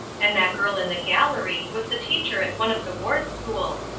and that girl in the gallery was the teacher at one of the ward schools.